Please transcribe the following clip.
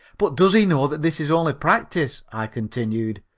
but does he know that this is only practise? i continued.